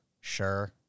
sure